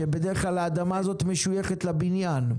ובדרך כלל האדמה הזאת משויכת לבניין.